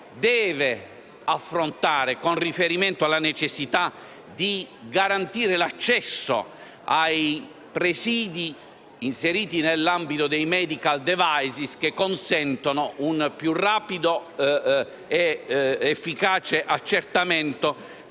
deve affrontare con riferimento alla necessità di garantire l'accesso ai presidi inseriti nell'ambito dei *medical device* che consentono un più rapido ed efficace accertamento